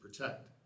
protect